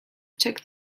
took